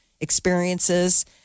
experiences